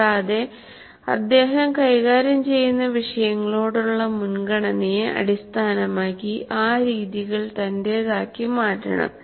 കൂടാതെ അദ്ദേഹം കൈകാര്യം ചെയ്യുന്ന വിഷയങ്ങളോടുള്ള മുൻഗണനയെ അടിസ്ഥാനമാക്കി ആ രീതികൾ തന്റേതാക്കി മാറ്റണം